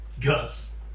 Gus